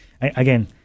again